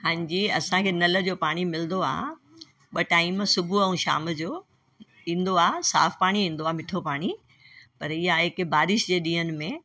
हांजी असांखे नल जो पाणी मिलंदो आहे ॿ टाइम सुबुहु ऐं शाम जो ईंदो आहे साफ़ पाणी ईंदो आहे मिठो पाणी पर इहा आहे की बारिश जे ॾींहंनि में